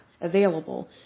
available